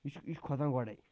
یہِ چھُ یہِ چھُ کھۄژان گۄڈَے